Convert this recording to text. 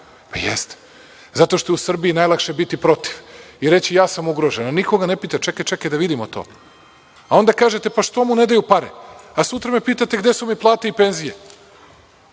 Pa jeste. Zato što je u Srbiji najlakše biti protiv i reći – ja sam ugrožen. A niko ga ne pita – čekaj, čekaj, da vidimo to.A onda kažete – pa što mu ne daju pare? A sutra me pitate gde su mi plate i penzije.